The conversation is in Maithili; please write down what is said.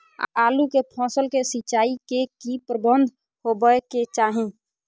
आलू के फसल के सिंचाई के की प्रबंध होबय के चाही?